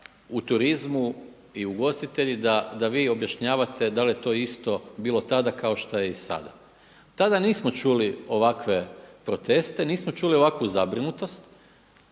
u turizmu i ugostitelji da vi objašnjavate da li je to isto bilo tada kao što je i sada. Tada nismo čuli ovakve proteste, nismo čuli ovakvu zabrinutost